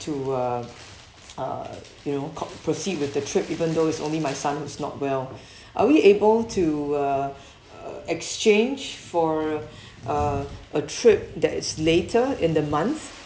to uh uh you know cau~ proceed with the trip even though it's only my son who's not well are we able to uh uh exchange for uh a trip that is later in the month